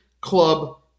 club